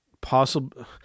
possible